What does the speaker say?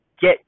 get